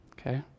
Okay